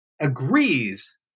agrees